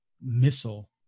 missile